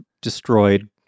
destroyed